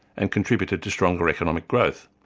and contributed to stronger economic growth.